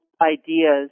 ideas